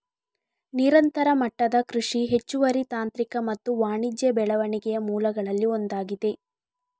ನಿರಂತರ ಮಟ್ಟದ ಕೃಷಿ ಹೆಚ್ಚುವರಿ ತಾಂತ್ರಿಕ ಮತ್ತು ವಾಣಿಜ್ಯ ಬೆಳವಣಿಗೆಯ ಮೂಲಗಳಲ್ಲಿ ಒಂದಾಗಿದೆ